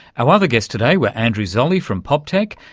our other guests today were andrew zolli from poptech,